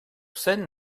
scène